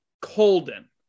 Colden